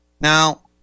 Now